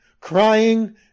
crying